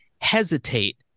hesitate